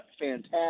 fantastic